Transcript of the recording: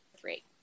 three